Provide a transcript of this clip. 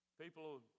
People